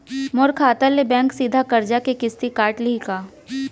मोर खाता ले बैंक सीधा करजा के किस्ती काट लिही का?